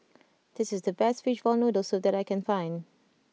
this is the best Fishball Noodle Soup that I can find